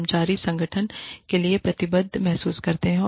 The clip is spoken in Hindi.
कर्मचारी संगठन के प्रति प्रतिबद्ध महसूस करते हैं